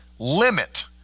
limit